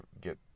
get